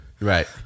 right